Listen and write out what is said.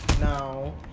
Now